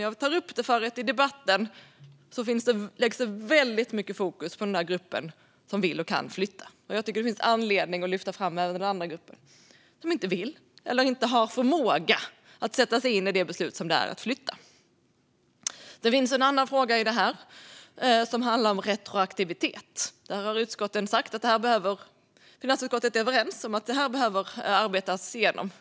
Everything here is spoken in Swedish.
Jag tar upp dem därför att det i debatten läggs väldigt mycket fokus på den grupp som vill och kan flytta, och jag tycker att det finns anledning att lyfta fram även den andra gruppen, som inte vill eller inte har förmåga att sätta sig in i det beslut som det innebär att flytta. Det finns en annan fråga som handlar om retroaktivitet och som finansutskottet är överens om behöver arbetas igenom.